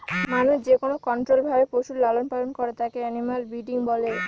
মানুষ যেকোনো কন্ট্রোল্ড ভাবে পশুর লালন পালন করে তাকে এনিম্যাল ব্রিডিং বলে